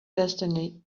destiny